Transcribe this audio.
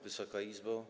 Wysoka Izbo!